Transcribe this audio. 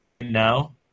No